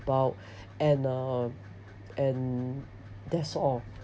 about and uh and that's all